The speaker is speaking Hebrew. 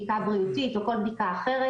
בדיקה בריאותית או כל בדיקה אחרת.